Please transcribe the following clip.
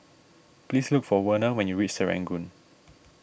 please look for Werner when you reach Serangoon